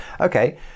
Okay